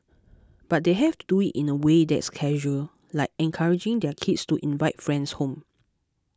but they have to do it in a way that's casual like encouraging their kids to invite friends home